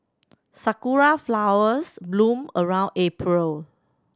sakura flowers bloom around April